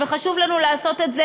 וחשוב לנו לעשות את זה,